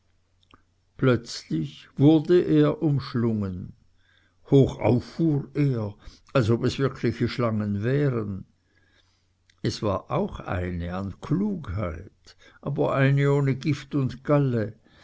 plötzlich wurde er umschlungen hochauf fuhr er als ob es wirkliche schlangen wären es war auch eine an klugheit aber eine ohne gift und galle